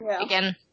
again